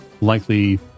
likely